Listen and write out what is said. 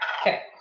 Okay